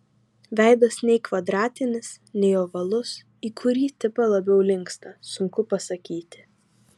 veidas nei kvadratinis nei ovalus į kurį tipą labiau linksta sunku pasakyti